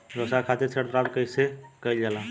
व्यवसाय खातिर ऋण प्राप्त कइसे कइल जाला?